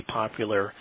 popular